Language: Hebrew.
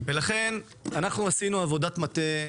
ולכן אנחנו עשינו עבודת מטה,